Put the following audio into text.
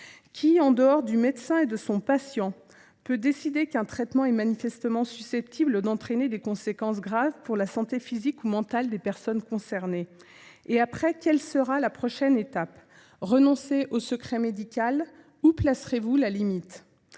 Qui, en dehors du médecin et de son patient, peut décider qu’un traitement est manifestement susceptible d’entraîner des conséquences graves pour la santé physique ou mentale des personnes concernées ? Quelle sera la prochaine étape ? Renoncer au secret médical ? Où placerez vous la limite ?